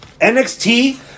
NXT